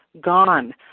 gone